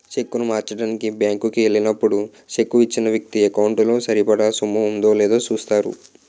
చెక్కును మార్చడానికి బ్యాంకు కి ఎల్లినప్పుడు చెక్కు ఇచ్చిన వ్యక్తి ఎకౌంటు లో సరిపడా సొమ్ము ఉందో లేదో చూస్తారు